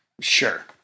Sure